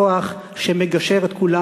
כוח שמגשר את כולם.